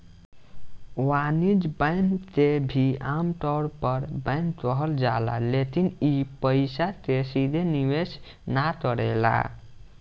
वाणिज्यिक बैंक के भी आमतौर पर बैंक कहल जाला लेकिन इ पइसा के सीधे निवेश ना करेला